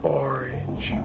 orange